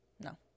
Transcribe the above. no